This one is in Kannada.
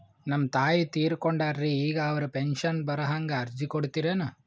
ನಮ್ ತಾಯಿ ತೀರಕೊಂಡಾರ್ರಿ ಈಗ ಅವ್ರ ಪೆಂಶನ್ ಬರಹಂಗ ಅರ್ಜಿ ಕೊಡತೀರೆನು?